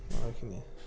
এইখিনি